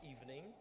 evening